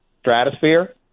stratosphere